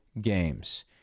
games